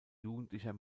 jugendlicher